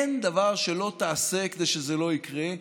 אין דבר שלא תעשה כדי שזה לא יקרה,